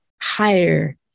higher